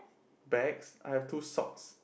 bags I have two socks